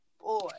Boy